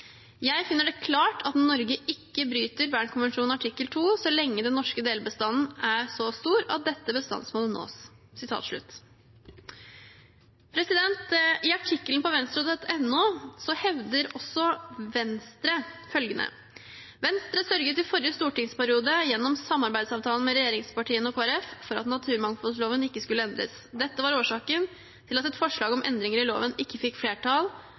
Jeg finner det klart at Norge ikke bryter Bernkonvensjonen artikkel 2 så lenge den norske delbestanden er så stor at dette bestandsmålet nås.» I artikkelen på Venstre.no hevder også Venstre følgende: «Venstre sørget i forrige stortingsperiode, gjennom samarbeidsavtalen med regjeringspartiene og KrF, for at naturmangfoldloven ikke skulle endres. Dette var årsaken til at et forslag om endringer i loven ikke fikk flertall